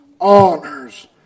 honors